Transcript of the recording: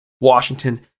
Washington